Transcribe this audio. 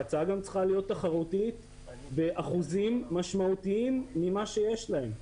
ההצעה גם צריכה להיות תחרותית באחוזים משמעותיים ממה שיש להם.